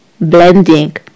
blending